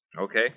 Okay